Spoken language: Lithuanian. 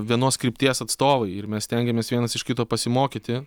vienos krypties atstovai ir mes stengiamės vienas iš kito pasimokyti